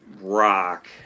Rock